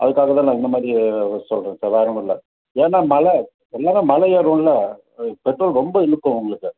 அதுக்காக தான் நான் இந்த மாதிரி சொல்கிறேன் சார் வேறு ஒன்றும் இல்லை ஏன்னால் மலை ஏன்னால் மலை ஏறுவோமில்ல அதுக்கு பெட்ரோல் ரொம்ப இழுக்கும் உங்களுக்கு